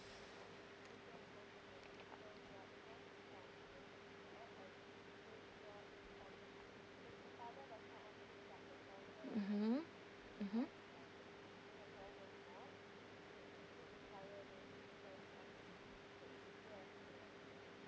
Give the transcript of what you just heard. mmhmm mmhmm